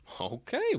Okay